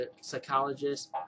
psychologist